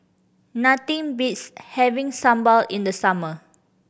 nothing beats having sambal in the summer